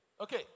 Okay